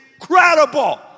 incredible